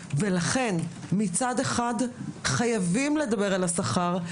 לכן מצד אחד חייבים לדבר על השכר,